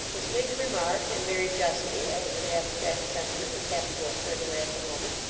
miss miggs remarked, and very justly, as an abstract sentiment which happened to occur to her at the moment,